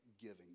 giving